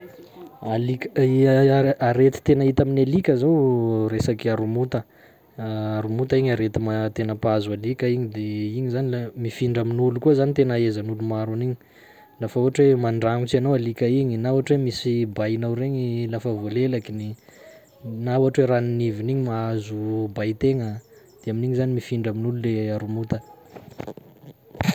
Alik- Arety tena hita amin'ny alika zao resaky haromonta, haromonta igny arety ma- tena mpahazo alika igny de igny zany laha mifindra amin'olo koa zany tena ahezan'olo maro an'igny, lafa ohatra hoe mandragnotsy anao alika igny, na ohatra hoe misy bainao regny lafa voalelakiny, na ohatra hoe ranon'iviny igny mahazo bain-tegna de amin'igny zany mifindra amin'olo le haromonta.